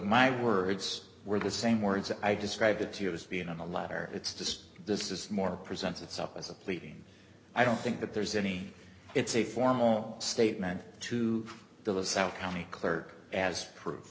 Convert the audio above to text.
my words were the same words that i describe it to you as being on the latter it's just this is more presents itself as a pleading i don't think that there's any it's a formal statement to the south county clerk as proof